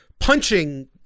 punching